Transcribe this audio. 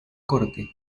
corte